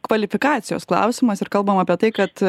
kvalifikacijos klausimas ir kalbam apie tai kad